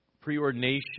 preordination